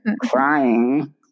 crying